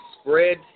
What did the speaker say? spread